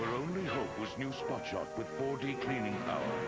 only hope was new spot shot with more deep cleaning power.